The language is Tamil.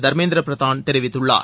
தர்மேந்திர பிரதான் தெரிவித்துள்ளார்